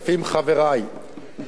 אני רוצה לדבר על ניהול,